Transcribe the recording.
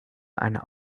eine